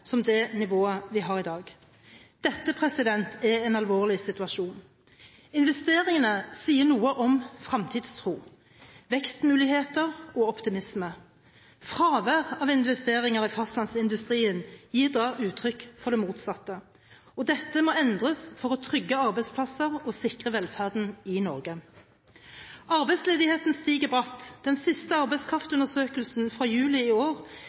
som det nivået vi har i dag. Dette er en alvorlig situasjon. Investeringene sier noe om fremtidstro, vekstmuligheter og optimisme. Fravær av investeringer i fastlandsindustrien gir da uttrykk for det motsatte, og dette må endres for å trygge arbeidsplasser og sikre velferden i Norge. Arbeidsledigheten stiger bratt. Den siste arbeidskraftundersøkelsen fra juli i år